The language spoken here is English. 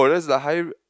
oh that's the high